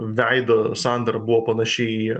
veido sandara buvo panaši į